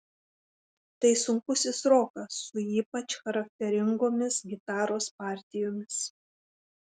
tai sunkusis rokas su ypač charakteringomis gitaros partijomis